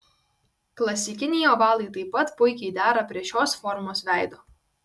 klasikiniai ovalai taip pat puikiai dera prie šios formos veido